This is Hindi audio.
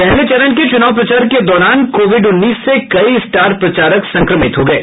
पहले चरण के चुनाव प्रचार के दौरान कोविड उन्नीस से कई स्टार प्रचारक संक्रमित हो गये